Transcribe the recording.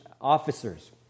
officers